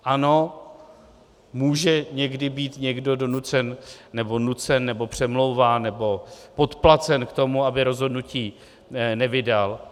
Ano, může někdy být někdo donucen nebo nucen nebo přemlouván nebo podplacen k tomu, aby rozhodnutí nevydal.